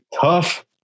tough